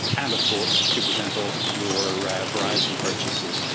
and of course two percent off your verizon purchases.